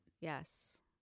Yes